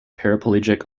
paraplegic